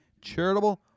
charitable